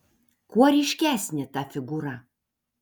kuo ryškesnė ta figūra